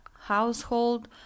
household